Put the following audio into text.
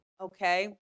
okay